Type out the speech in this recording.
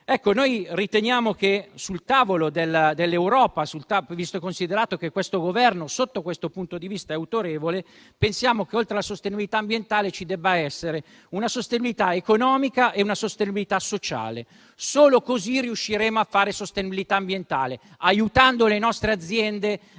Noi riteniamo che sul tavolo dell'Europa, visto e considerato che questo Governo sotto tale punto di vista è autorevole, oltre alla sostenibilità ambientale, debbano esserci una sostenibilità economica e una sostenibilità sociale. Solo così riusciremo a fare sostenibilità ambientale, aiutando le nostre aziende a